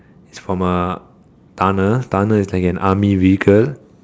is from a tonner tonner is like an army vehicle